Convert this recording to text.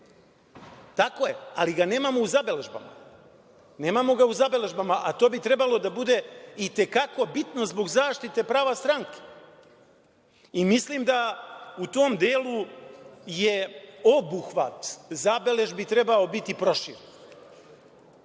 trećem licu. Nemamo ga u zabeležbama, nemamo ga u zabeležbama, a to bi trebalo da bude i te kako bitno zbog zaštite prava stranke i mislim da u tom delu je obuhvat zabeležbi trebao biti proširen,